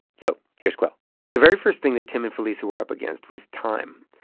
so here's quil the very first thing that tim and felisa were up against was time.